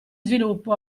sviluppo